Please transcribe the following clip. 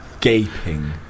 Gaping